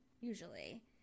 usually